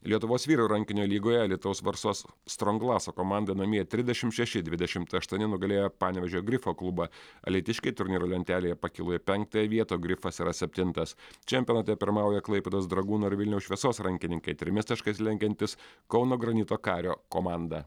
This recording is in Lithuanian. lietuvos vyrų rankinio lygoje alytaus varsos stronglaso komanda namie trisdešimt šeši dvidešimt aštuoni nugalėjo panevėžio grifo klubą alytiškiai turnyro lentelėje pakilo į penktąją vietą grifas yra septintas čempionate pirmauja klaipėdos dragūno ir vilniaus šviesos rankininkai trimis taškais lenkiantis kauno granito kario komandą